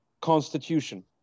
constitution